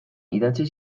idatzi